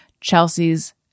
Chelsea's